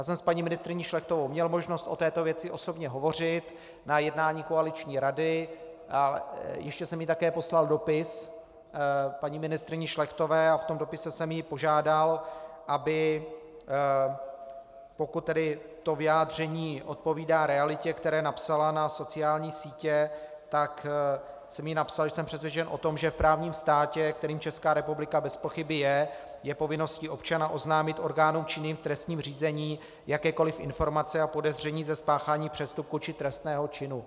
Já jsem s paní ministryní Šlechtovou měl možnost o této věci osobně hovořit na jednání koaliční rady, ještě jsem jí také poslal dopis, paní ministryni Šlechtové, a v tom dopise jsem ji požádal, aby pokud to vyjádření odpovídá realitě, které napsala na sociální sítě, tak jsem jí napsal, že jsem přesvědčen o tom, že v právním státě, kterým Česká republika bezpochyby je, je povinností občana oznámit orgánům činným v trestním řízení jakékoli informace a podezření ze spáchání přestupku či trestného činu.